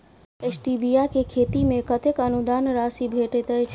Stevia केँ खेती मे कतेक अनुदान राशि भेटैत अछि?